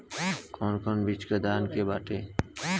कौन कौन बिज धान के बाटे?